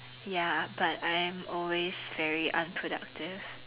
ya but I am always very unproductive